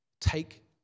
take